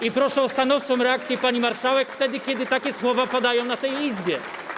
I proszę o stanowczą reakcję pani marszałek wtedy, kiedy takie słowa padają w tej Izbie.